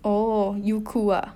oh YouKu ah